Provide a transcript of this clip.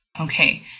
Okay